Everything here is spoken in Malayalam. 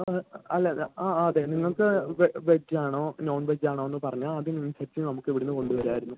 ആ അല്ല അല്ല ആ അതെ നിങ്ങൾക്ക് വെജ്ജാണോ നോൺ വെജ്ജാണോയെന്ന് പറഞ്ഞാൽ അതിനനുസരിച്ച് നമുക്കിവിടുന്ന് കൊണ്ടുവരാമായിരുന്നു